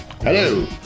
Hello